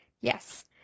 Yes